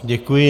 Děkuji.